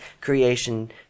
creation